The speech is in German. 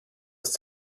ist